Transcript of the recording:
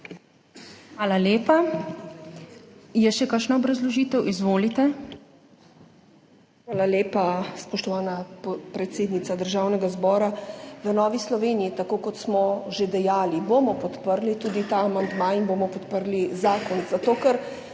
Hvala lepa. Je še kakšna obrazložitev? (Da.) Izvolite. **IVA DIMIC (PS NSi):** Hvala lepa, spoštovana predsednica Državnega zbora. V Novi Sloveniji, tako kot smo že dejali, bomo podprli tudi ta amandma in bomo podprli zakon, zato, ker